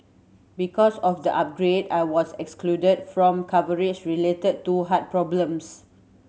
because of the upgrade I was excluded from coverage related to heart problems